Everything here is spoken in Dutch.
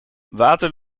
water